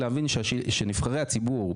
להבין שנבחרי הציבור,